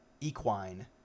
equine